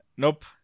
Nope